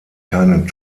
keinen